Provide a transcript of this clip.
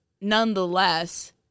nonetheless